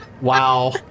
Wow